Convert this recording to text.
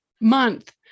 month